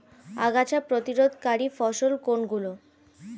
আগাছা প্রতিরোধকারী ফসল কোনগুলি?